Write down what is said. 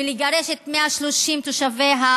ולגרש את 130 תושביהם,